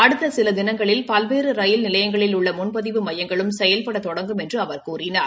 அடுத்த சில தினங்களில் பல்வேறு ரயில் நிலையங்களில் உள்ள முன்பதிவு மையங்களும் செயல்பட தொடங்கும் என்றும் அவர் கூறினார்